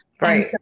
right